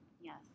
yes